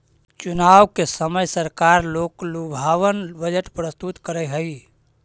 चुनाव के समय सरकार लोकलुभावन बजट प्रस्तुत करऽ हई